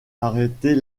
arrêter